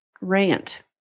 rant